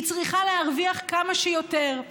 היא צריכה להרוויח כמה שיותר.